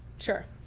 sure,